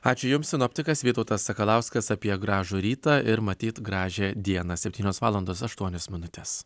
ačiū jums sinoptikas vytautas sakalauskas apie gražų rytą ir matyt gražią dieną septynios valandos aštuonios minutės